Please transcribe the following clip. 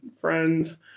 friends